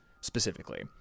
specifically